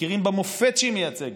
מכירים במופת שהיא מייצגת,